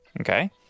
okay